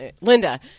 Linda